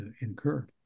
incur